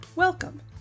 Welcome